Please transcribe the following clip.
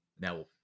now